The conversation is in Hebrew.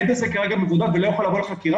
העד הזה כרגע מבודד ולא יכול לבוא לחקירה,